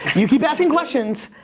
you keep asking questions.